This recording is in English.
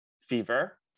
fever